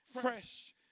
fresh